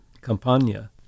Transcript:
Campania